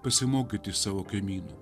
pasimokyti iš savo kaimynų